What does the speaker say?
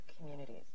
communities